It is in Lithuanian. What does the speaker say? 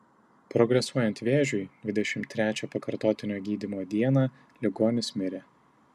progresuojant vėžiui dvidešimt trečią pakartotinio gydymo dieną ligonis mirė